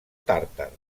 tàrtar